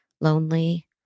lonely